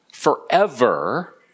Forever